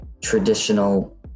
Traditional